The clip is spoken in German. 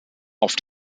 auf